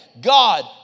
God